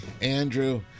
Andrew